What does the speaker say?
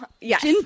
yes